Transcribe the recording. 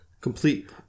Complete